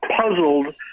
puzzled